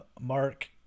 mark